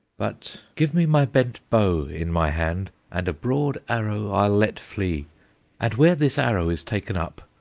but give me my bent bow in my hand, and a broad arrow i'll let flee and where this arrow is taken up,